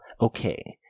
Okay